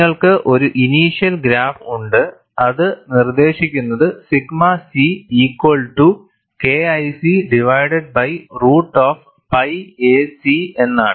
നിങ്ങൾക്ക് ഒരു initial graph ഉണ്ട് അത് നിർദ്ദേശിക്കുന്നത് sigma c equal to KIC divided by root of pi a c എന്നാണ്